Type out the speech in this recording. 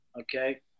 Okay